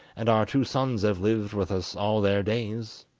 and our two sons have lived with us all their days,